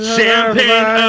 Champagne